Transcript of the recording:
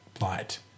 light